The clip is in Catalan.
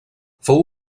fou